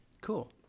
Cool